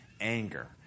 anger